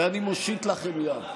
ואני מושיט לכם יד,